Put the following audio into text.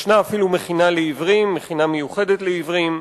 ישנה אפילו מכינה מיוחדת לעיוורים.